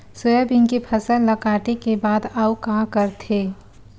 Soybean के फसल ल काटे के बाद आऊ का करथे?